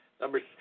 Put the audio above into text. Number